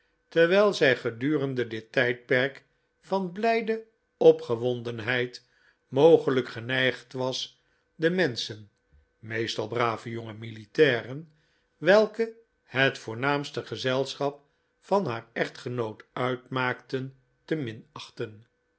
terwijl zij gedurende dit tijdperk van blijde opgewondenheid mogelijk geneigd was de menschen meestal brave jonge militairen welke het voornaamste gezelschap van haar echtgenoot uitmaakten te